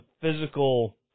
physical